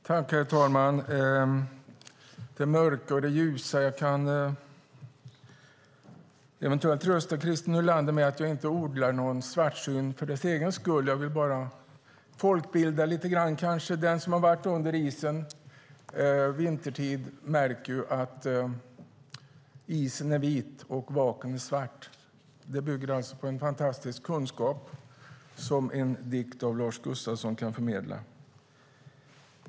Herr talman! När det gäller det mörka och det ljusa kan jag eventuellt trösta Christer Nylander med att jag inte odlar någon svartsyn för dess egen skull. Jag vill bara folkbilda lite. Den som har varit under isen vintertid märker ju att isen är vit och vaken svart. Det bygger på en fantastisk kunskap som en dikt av Lars Gustafsson kan förmedla.